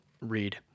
read